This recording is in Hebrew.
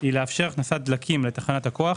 היא לאפשר הכנסת דלקים לתחנת הכוח